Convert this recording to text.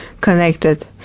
connected